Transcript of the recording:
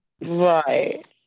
Right